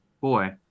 boy